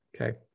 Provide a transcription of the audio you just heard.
Okay